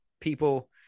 people